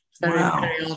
Wow